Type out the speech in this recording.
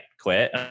quit